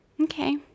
Okay